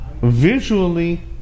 visually